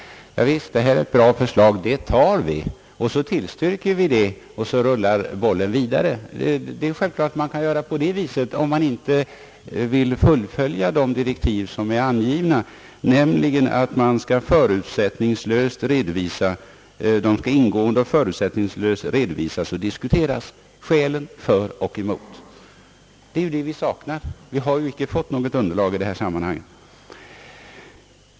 Man har sagt: Ja visst, det här är ett bra förslag, det tillstyrker vi, och så rullar bollen vidare. Det är självklart att man kan göra så om man inte vill fullfölja de direktiv som givits, nämligen att man ingående och förutsättningslöst skall redovisa och diskutera skälen för och emot. Det är ju det vi saknar — vi har inte fått något underlag i detta sammanhang.